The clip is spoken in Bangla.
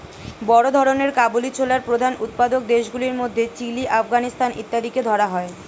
বড় ধরনের কাবুলি ছোলার প্রধান উৎপাদক দেশগুলির মধ্যে চিলি, আফগানিস্তান ইত্যাদিকে ধরা হয়